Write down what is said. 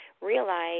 realize